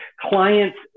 Clients